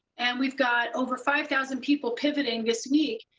and. we've got over five thousand people pivoting this week,